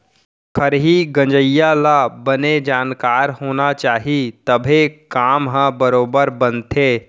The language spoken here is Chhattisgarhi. खरही गंजइया ल बने जानकार होना चाही तभे काम ह बरोबर बनथे